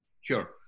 Sure